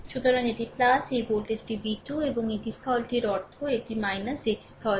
সুতরাং এটি এই ভোল্টেজটি v2 এবং এটি স্থলটির অর্থ এটি এটি স্থল